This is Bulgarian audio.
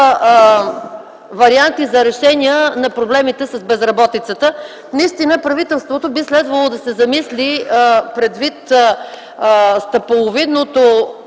варианти за решение на проблемите с безработицата. Наистина правителството би следвало да се замисли, предвид стъпаловидното,